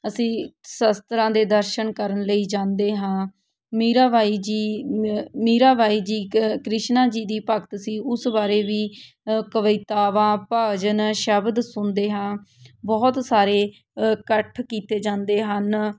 ਅਸੀਂ ਸਸ਼ਤਰਾਂ ਦੇ ਦਰਸ਼ਨ ਕਰਨ ਲਈ ਜਾਂਦੇ ਹਾਂ ਮੀਰਾ ਬਾਈ ਜੀ ਮੀਰਾ ਬਾਈ ਜੀ ਕ ਕ੍ਰਿਸ਼ਨਾ ਜੀ ਦੀ ਭਗਤ ਸੀ ਉਸ ਬਾਰੇ ਵੀ ਕਵਿਤਾਵਾਂ ਭਜਨ ਸ਼ਬਦ ਸੁਣਦੇ ਹਾਂ ਬਹੁਤ ਸਾਰੇ ਇਕੱਠ ਕੀਤੇ ਜਾਂਦੇ ਹਨ